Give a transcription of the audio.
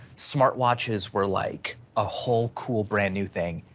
smart watches were like a whole cool brand new thing.